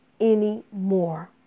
anymore